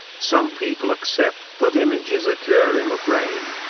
some people accept that images occur in the brain,